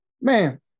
Man